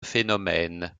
phénomènes